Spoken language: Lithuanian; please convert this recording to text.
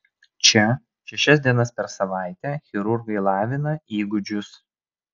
čia šešias dienas per savaitę chirurgai lavina įgūdžius